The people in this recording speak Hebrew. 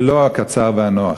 ולא הקצר והנוח".